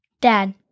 Dad